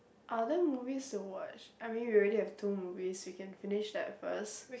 are there movies to watch I mean we already have two movies we can finish that first